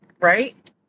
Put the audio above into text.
right